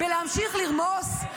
להמשיך לרמוס?